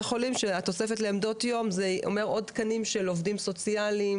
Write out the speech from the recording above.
חולים שהתוספת לעמדות יום זה אומר עוד תקנים של עובדים סוציאליים,